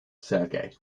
sergei